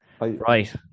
Right